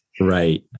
Right